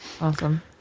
Awesome